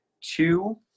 Two